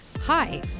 Hi